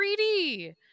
3d